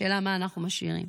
השאלה מה אנחנו משאירים.